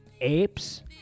apes